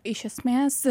iš esmės